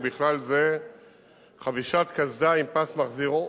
ובכלל זה חבישת קסדה עם פס מחזיר אור,